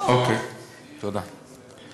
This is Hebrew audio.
אוקיי, תודה.